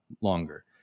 longer